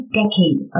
decade